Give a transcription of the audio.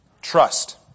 Trust